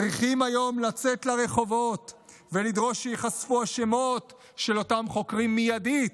צריכים היום לצאת לרחובות ולדרוש שייחשפו השמות של אותם חוקרים מיידית.